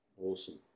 Awesome